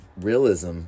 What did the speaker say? realism